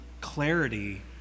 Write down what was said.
clarity